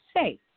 safe